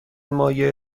مایع